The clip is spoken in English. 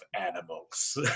animals